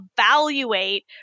evaluate